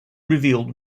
revealed